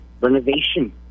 renovation